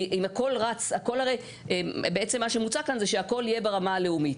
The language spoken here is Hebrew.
כי בעצם מה שמוצע כאן זה שהכול יהיה ברמה הלאומית.